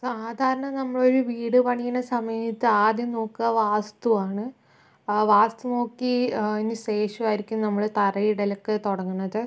സാധാരണ നമ്മളൊരു വീട് പണിയണ സമയത്ത് ആദ്യം നോക്കുക വാസ്തുവാണ് വാസ്തു നോക്കി അതിനുശേഷം ആയിരിക്കും നമ്മള് തറയിടൽ ഒക്കെ തുടങ്ങണത്